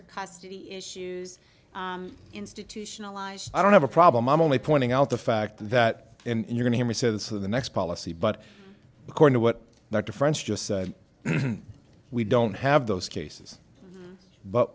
or custody issues institutionalized i don't have a problem i'm only pointing out the fact that and you can hear me say this in the next policy but according to what that the french just said we don't have those cases but